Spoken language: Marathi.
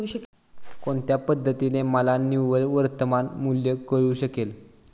कोणत्या पद्धतीने मला निव्वळ वर्तमान मूल्य कळू शकेल?